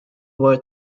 were